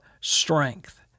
strength